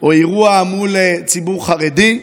או אירוע מול ציבור חרדי,